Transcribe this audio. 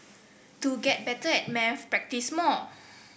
to get better at maths practise more